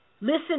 Listen